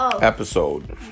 episode